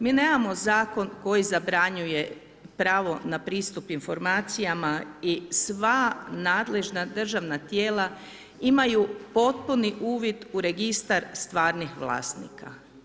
Mi nemamo zakon koji zabranjuje pravo na pristup informacijama i sva nadležna državna tijela imaju potpuni uvid u registar stvarnih vlasnika.